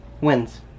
wins